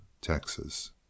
Texas